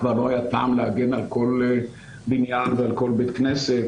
כבר לא היה טעם להגן על כל בניין ועל כל בית כנסת.